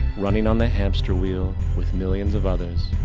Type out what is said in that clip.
running on a hamster wheel, with millions of others,